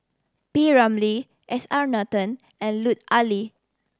P Ramlee S R Nathan and Lut Ali